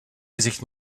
gezegd